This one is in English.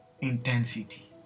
intensity